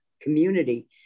community